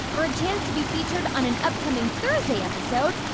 for a chance to be featured on an upcoming thursday episode,